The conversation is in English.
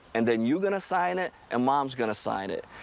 and then you're going to sign it, and mom's going to sign it.